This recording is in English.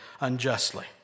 unjustly